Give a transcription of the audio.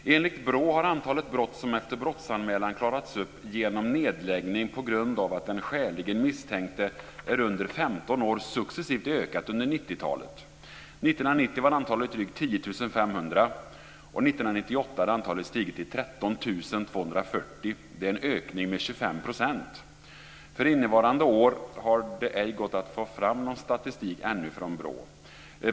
Enligt BRÅ har antalet brott som efter brottsanmälan klarats upp genom nedläggning på grund av att den skäligen misstänkte är under 15 år successivt ökat under 1990-talet. År 1990 var antalet drygt 10 500. År 1998 hade antalet stigit till 13 240. Det är en ökning med 25 %. För innevarande år har det ej gått att få fram statistik från BRÅ ännu.